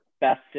best